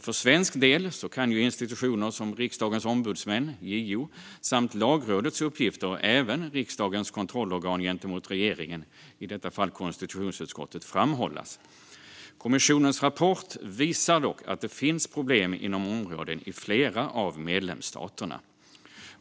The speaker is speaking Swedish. För svensk del kan institutioner som Riksdagens ombudsmän, JO, samt Lagrådet och även riksdagens kontrollorgan gentemot regeringen, i detta fall konstitutionsutskottet, framhållas. Kommissionens rapport visar dock att det finns problem inom områdena i flera av medlemsstaterna.